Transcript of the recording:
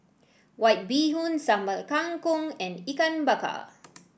White Bee Hoon Sambal Kangkong and Ikan Bakar